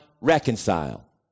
reconcile